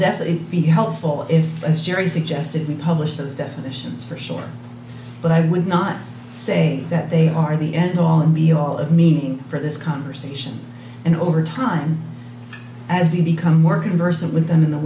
definitely be helpful if as jerry suggested we publish those definitions for sure but i would not say that they are the end all and be all of meaning for this conversation and over time as we become working versus with them in the